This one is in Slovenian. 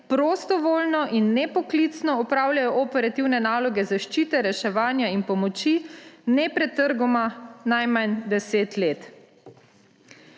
prostovoljno in nepoklicno opravljajo operativne naloge zaščite, reševanja in pomoči nepretrgoma najmanj 10 let.